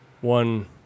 one